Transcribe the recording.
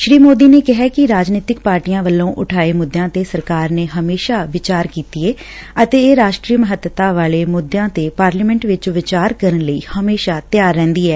ਸ੍ਰੀ ਮੋਦੀ ਨੇ ਕਿਹੈ ਕਿ ਰਾਜਨੀਤਿਕ ਪਾਰਟੀਆਂ ਵੱਲੋਂ ਉਠਾਏ ਮੁੱਦਿਆਂ ਤੇ ਸਰਕਾਰ ਨੇ ਹਮੇਸ਼ਾ ਵਿਚਾਰ ਕੀਤੀ ਏ ਅਤੇ ਰਾਸ਼ਟਰੀ ਮਹੱਤਤਾ ਵਾਲੇ ਮੁੱਦਿਆਂ ਤੇ ਪਾਰਲੀਮੈਂਟ ਵਿਚ ਵਿਚਾਰ ਕਰਨ ਲਈ ਹਮੇਸ਼ਾ ਤਿਆਰ ਰਹਿੰਦੀ ਐ